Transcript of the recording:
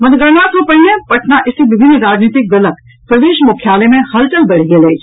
मतगणना सँ पहिने पटना स्थित विभिन्न राजनीतिक दलक प्रदेश मुख्यालय मे हलचल बढ़ि गेल अछि